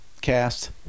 cast